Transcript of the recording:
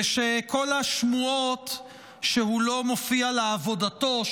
ושכל השמועות על כך שהוא לא מופיע לעבודתו,